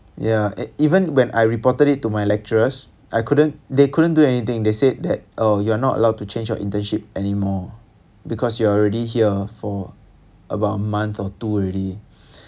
ya even when I reported it to my lecturers I couldn't they couldn't do anything they said that oh you're not allowed to change your internship anymore because you're already here for about a month or two already